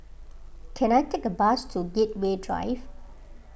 can I take a bus to Gateway Drive